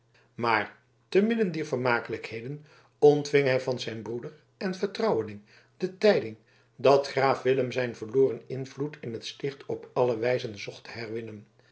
maar te midden dier vermakelijkheden ontving hij van zijn broeder en vertrouweling de tijding dat graaf willem zijn verloren invloed in het sticht op alle wijzen